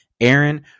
Aaron